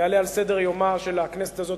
יעלה על סדר-יומה של הכנסת הזאת,